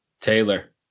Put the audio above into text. Taylor